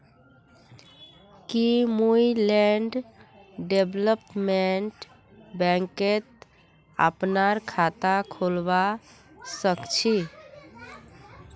की मुई land development बैंकत अपनार खाता खोलवा स ख छी?